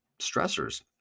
stressors